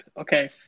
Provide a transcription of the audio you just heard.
Okay